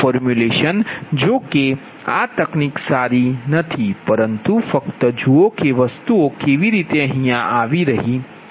જોકે આ તકનીક સારી નથી પરંતુ ફક્ત જુઓ કે વસ્તુઓ કેવી રીતે યોગ્ય છે